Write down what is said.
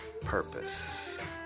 purpose